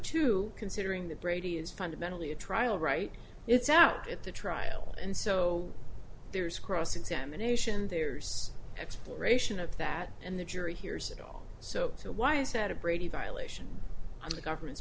two considering that brady is fundamentally a trial right it's out at the trial and so there's cross examination there's exploration of that and the jury hears it all so so why is that a brady violation on the government's